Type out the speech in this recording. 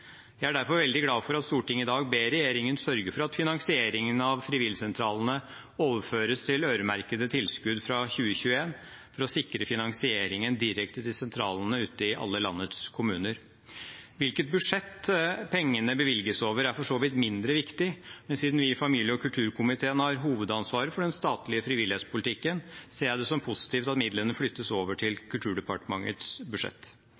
er derfor veldig glad for at Stortinget i dag ber regjeringen sørge for at finansieringen av frivilligsentralene overføres til øremerkede tilskudd fra 2021 for å sikre finansieringen direkte til sentralene ute i alle landets kommuner. Hvilket budsjett pengene bevilges over, er for så vidt mindre viktig, men siden vi i familie- og kulturkomiteen har hovedansvaret for den statlige frivillighetspolitikken, ser jeg det som positivt at midlene flyttes over til Kulturdepartementets budsjett.